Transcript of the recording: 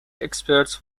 experts